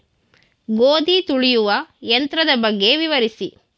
ಗೋಧಿ ತುಳಿಯುವ ಯಂತ್ರದ ಬಗ್ಗೆ ವಿವರಿಸಿ?